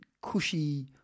cushy